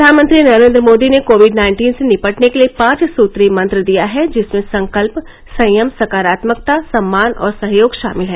प्रधानमंत्री नरेन्द्र मोदी ने covid nineteen से निपटने के लिए पांच सुत्री मंत्र दिया है जिसमें संकल्प संयम सकारात्मकता सम्मान और सहयोग शामिल है